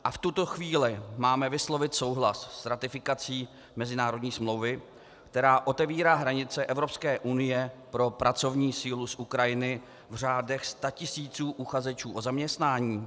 A v tuto chvíli máme vyslovit souhlas s ratifikací mezinárodní smlouvy, která otevírá hranice Evropské unie pro pracovní sílu z Ukrajiny v řádech statisíců uchazečů o zaměstnání?